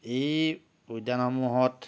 এই উদ্যানসমূহত